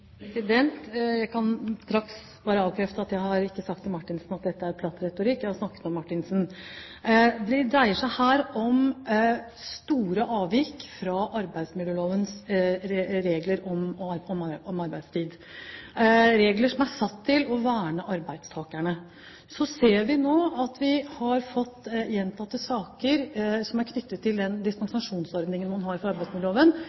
Jeg kan straks bare avkrefte at jeg har sagt til Martinsen at dette er «platt retorikk» – jeg har snakket med Martinsen. Det dreier seg her om store avvik fra arbeidsmiljølovens regler om arbeidstid – regler som er satt til å verne arbeidstakerne. Så ser vi nå at vi har fått gjentatte saker i forbindelse med den dispensasjonsordningen man har for arbeidsmiljøloven knyttet til